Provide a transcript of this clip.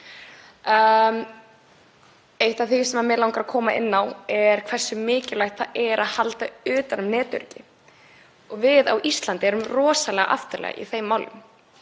Eitt af því sem mig langar að koma inn á er hversu mikilvægt það er að halda utan um netöryggi. Við á Íslandi erum rosalega aftarlega í þeim málum.